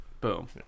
Boom